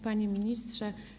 Panie Ministrze!